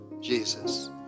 Jesus